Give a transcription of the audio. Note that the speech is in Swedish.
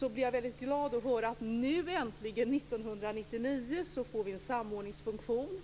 Jag blir glad att höra att vi 1999 nu äntligen får en samordningsfunktion.